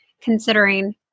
considering